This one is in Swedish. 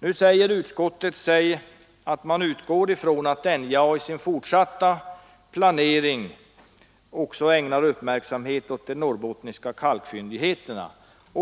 Utskottet säger sig dock utgå från att NJA i sin fortsatta planering ägnar uppmärksamhet också åt de norrbottniska kalkfyndigheterna.